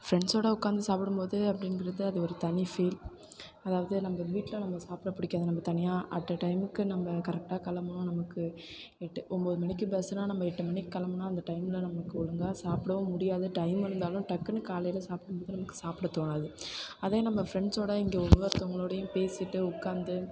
ஃப்ரெண்ட்ஸோடு உட்காந்து சாப்பிடும் போது அப்படிங்கிறது அது ஒரு தனி ஃபீல் அதாவது நம்ம வீட்டில் நம்ம சாப்பிட பிடிக்காது நம்ம தனியாக அட் அ டைமுக்கு நம்ம கரெக்டாக கிளம்பணும் நமக்கு எட்டு ஒம்போது மணிக்கு பஸ்ஸுனா நம்ம எட்டு மணிக்கு கிளம்புனா அந்த டைமில் நமக்கு ஒழுங்காக சாப்பிடவும் முடியாது டைம் இருந்தாலும் டக்குன்னு காலையில் சாப்பிட்டு நமக்கு சாப்பிட தோணாது அதே நம்ம ஃப்ரெண்ட்ஸோடு இங்கே ஒவ்வொருத்தங்களோடயும் பேசிட்டு உட்காந்து